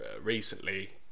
recently